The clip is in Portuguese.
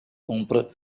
compra